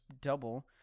double